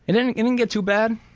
and didn't get and get too bad,